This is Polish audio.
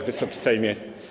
Wysoki Sejmie!